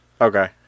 Okay